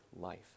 life